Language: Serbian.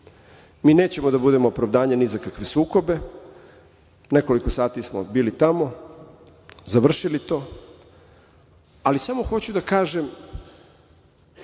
nećemo da budemo opravdanje ni za kakve sukobe. Nekoliko sati smo bili tamo. Završili to, ali smo hoću da kažem